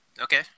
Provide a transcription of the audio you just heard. Okay